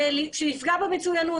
זה שיפגע במצוינות.